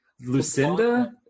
Lucinda